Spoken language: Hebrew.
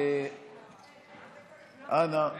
אנא,